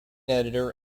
editor